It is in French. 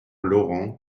laurent